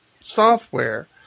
software